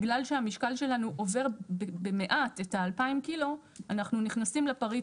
בגלל שהמשקל שלנו עובר במעט את ה-2,000 קילו אנחנו נכנסים לפריט